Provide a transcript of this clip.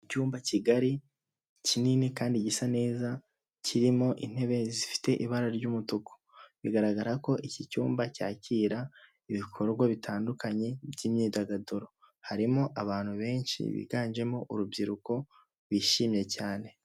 Icyumba kigari kinini kandi gisa neza kirimo intebe zifite ibara ry'umutuku, bigaragara ko iki cyumba cyakira ibikorwa bitandukanye by'imyidagaduro, harimo abantu benshi biganjemo urubyiruko bishimye cyane.